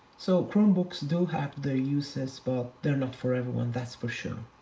so chromebooks do have their uses, but they're not for everyone, that's for sure.